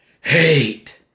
hate